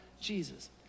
Jesus